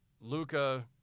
Luca